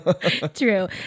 True